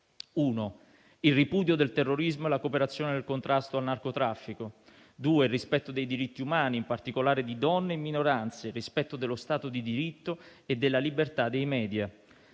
il ripudio del terrorismo e la cooperazione del contrasto al narcotraffico. Due: il rispetto dei diritti umani (in particolare di donne e minoranze), dello Stato di diritto e della libertà dei *media*.